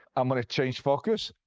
i'm going to change focus.